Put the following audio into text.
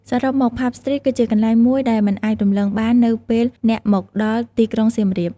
សរុបមក ផាប់ ស្ទ្រីត គឺជាកន្លែងមួយដែលមិនអាចរំលងបាននៅពេលអ្នកមកដល់ទីក្រុងសៀមរាប។